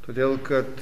todėl kad